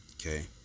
Okay